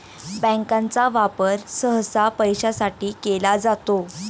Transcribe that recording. बँकांचा वापर सहसा पैशासाठी केला जातो